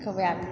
तऽ वएह